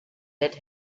that